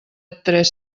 tres